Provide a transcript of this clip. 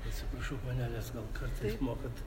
atsiprašau panelės gal kartais mokat